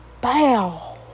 Bow